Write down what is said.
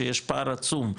שיש פער עצום,